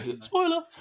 Spoiler